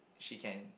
she can